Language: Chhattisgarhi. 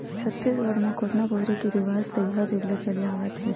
छत्तीसगढ़ म कोटना बउरे के रिवाज तइहा जुग ले चले आवत हे